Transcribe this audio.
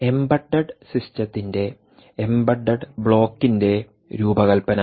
embedded സിസ്റ്റത്തിന്റെ embedded ബ്ലോക്കിന്റെ രൂപകൽപ്പന